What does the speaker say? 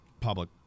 public